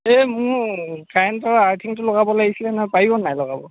এই মোৰ কাৰেণ্টৰ আৰ্থিংটো লগাব লাগিছিলে নহয় পাৰিব নাই লগাব